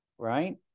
Right